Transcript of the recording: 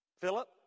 Philip